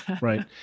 right